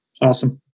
Awesome